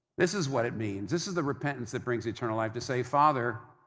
this is what it means, this is the repentance that brings eternal life to say, father,